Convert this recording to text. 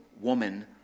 woman